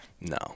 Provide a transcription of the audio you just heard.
No